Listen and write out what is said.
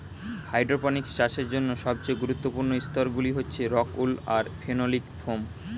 hydroponics চাষের জন্য সবচেয়ে গুরুত্বপূর্ণ স্তরগুলি হচ্ছে রক্ উল আর ফেনোলিক ফোম